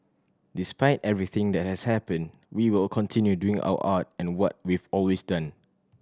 despite everything that has happened we will continue doing our art and what we've always done